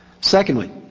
Secondly